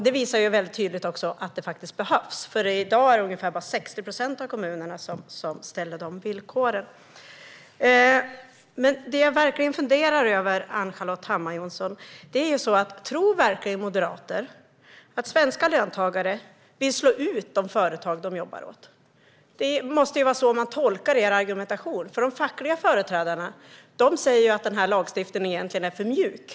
Det är väldigt tydligt att det faktiskt behövs, för i dag är det bara ungefär 60 procent av kommunerna som ställer dessa villkor. Det jag verkligen funderar över, Ann-Charlotte Hammar Johnsson, är: Tror verkligen moderater att svenska löntagare vill slå ut de företag de jobbar åt? Det måste vara så man ska tolka er argumentation, för de fackliga företrädarna säger ju att den här lagstiftningen är för mjuk.